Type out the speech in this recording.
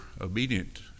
obedient